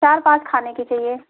चार पाँच खाने की चाहिए